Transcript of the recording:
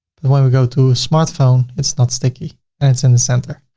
when we go to a smartphone, it's not sticky and it's in the center.